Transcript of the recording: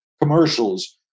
commercials